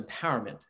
empowerment